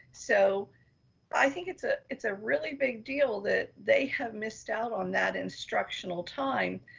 so i think it's ah it's a really big deal that they have missed out on that instructional time,